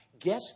guess